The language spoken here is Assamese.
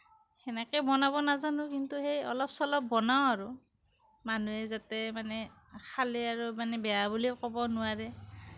সেনেকে বনাব নাজানোঁ কিন্তু সেই অলপ চলপ বনাওঁ আৰু মানুহে যাতে মানে খালে আৰু মানে বেয়া বুলিও ক'ব নোৱাৰে